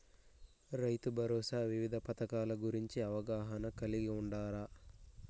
రైతుభరోసా వివిధ పథకాల గురించి అవగాహన కలిగి వుండారా?